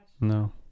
No